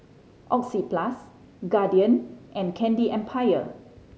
Oxyplus Guardian and Candy Empire